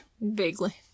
vaguely